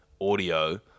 audio